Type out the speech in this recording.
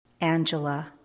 Angela